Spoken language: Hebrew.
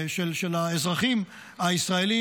של האזרחים הישראלים,